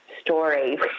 story